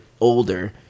older